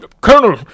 Colonel